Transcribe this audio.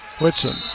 Whitson